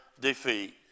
defeat